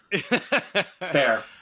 Fair